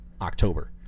October